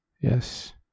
Yes